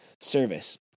service